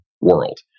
world